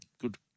good